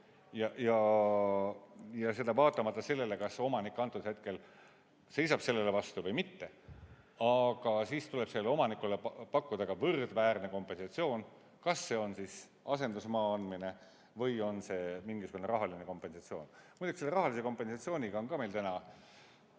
seda vaatamata sellele, kas omanik antud hetkel seisab sellele vastu või mitte –, tuleb sellele omanikule pakkuda ka võrdväärne kompensatsioon, kas see on siis asendusmaa andmine või on see mingisugune rahaline kompensatsioon. Muidugi, selle rahalise kompensatsiooniga on meil ka